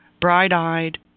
bright-eyed